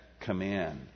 command